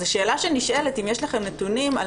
השאלה שנשאלת היא האם יש לכם נתונים על